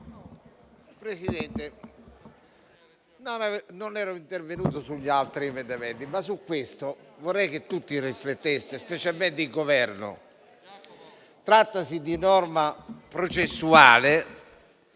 Presidente, non sono intervenuto sugli altri emendamenti, ma sul 3.102 vorrei che tutti rifletteste, specialmente il Governo. Trattasi di norma processuale,